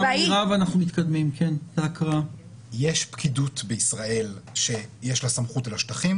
יש פקידות בישראל שיש לה סמכות על השטחים.